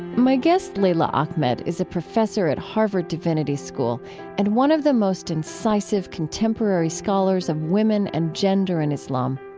my guest, leila ahmed, is a professor at harvard divinity school and one of the most incisive contemporary scholars of women and gender in islam.